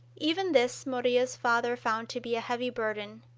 even this murillo's father found to be a heavy burden.